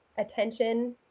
attention